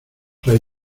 fray